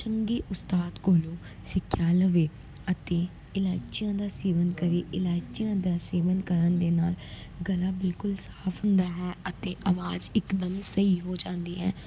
ਚੰਗੇ ਉਸਤਾਦ ਕੋਲੋਂ ਸਿੱਖਿਆ ਲਵੇ ਅਤੇ ਇਲਾਚੀਆਂ ਦਾ ਸੇਵਨ ਕਰੇ ਇਲਾਚੀਆਂ ਦਾ ਸੇਵਨ ਕਰਨ ਦੇ ਨਾਲ ਗਲਾ ਬਿਲਕੁਲ ਸਾਫ ਹੁੰਦਾ ਹੈ ਅਤੇ ਆਵਾਜ਼ ਇੱਕਦਮ ਸਹੀ ਹੋ ਜਾਂਦੀ ਹੈ